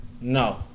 no